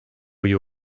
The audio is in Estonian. kui